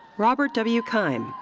robert w. keim,